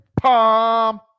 Palm